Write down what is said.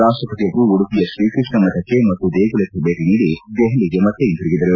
ರಾಷ್ಟಪತಿಯವರುಉಡುಪಿಯ ಶ್ರೀಕೃಷ್ಣ ಮಠಕ್ಕೆ ಮತ್ತು ದೇಗುಲಕ್ಕೆ ಭೇಟಿ ನೀಡಿ ದೆಹಲಿಗೆ ಹಿಂದಿರುಗಿದರು